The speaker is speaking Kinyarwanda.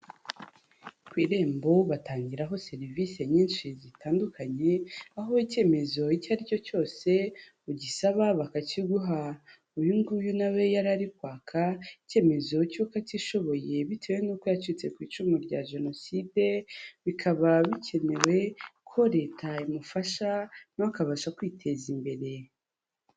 Ku Irembo batangiraho serivisi nyinshi zitandukanye, aho icyemezo icyo ari cyo cyose ugisaba bakakiguha. Uyu nguyu nawe yari ari kwaka icyemezo cy'uko atishoboye bitewe n'uko yacitse ku icumu rya Jenoside, bikaba bikenewe ko Leta imufasha, nawe akabasha kwiteza imbere.